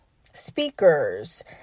speakers